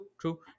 true